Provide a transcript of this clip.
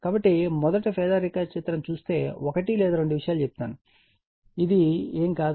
కాబట్టి మొదట ఫేజార్ రేఖాచిత్రం చూస్తే ఒకటి లేదా రెండు విషయాలు చెప్తాను ఇది ఏమీ కాదు